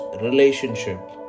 relationship